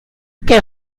que